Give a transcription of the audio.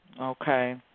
Okay